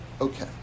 Okay